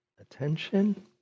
attention